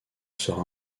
sera